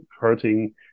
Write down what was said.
hurting